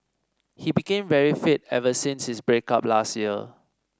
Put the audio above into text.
he became very fit ever since his break up last year